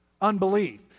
unbelief